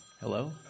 Hello